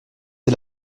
est